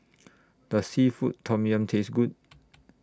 Does Seafood Tom Yum Taste Good